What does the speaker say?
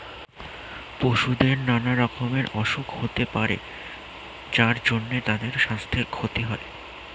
পশুদের নানা রকমের অসুখ হতে পারে যার জন্যে তাদের সাস্থের ক্ষতি হয়